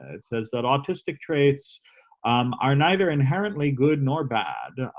it says that autistic traits um are neither inherently good nor bad.